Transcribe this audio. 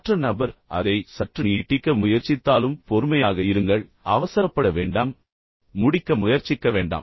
மற்ற நபர் அதை சற்று நீட்டிக்க முயற்சித்தாலும் பொறுமையாக இருங்கள் அவசரப்பட வேண்டாம் அதை அவசரமாக முடிக்க முயற்சிக்க வேண்டாம்